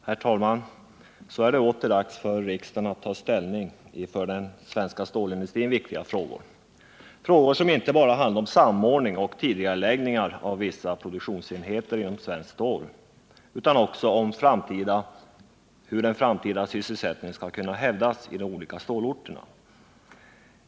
Herr talman! Så är det åter dags för riksdagen att ta ställning i för den svenska stålindustrin viktiga frågor. Frågor som inte bara handlar om samordning och tidigareläggning av vissa produktionsenheter inom Svenskt Stål AB utan också om hur den framtida sysselsättningen skall kunna hävdas i de olika stålorterna.